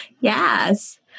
yes